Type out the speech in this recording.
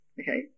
okay